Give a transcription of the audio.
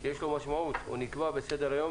כי יש לו משמעות הוא נקבע בסדר היום